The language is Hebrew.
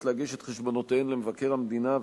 להגיש את חשבונותיהן למבקר המדינה,